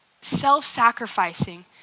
Self-sacrificing